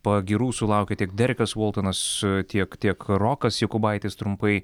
pagyrų sulaukė tiek derikas voltonas tiek tiek rokas jokubaitis trumpai